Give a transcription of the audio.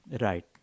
Right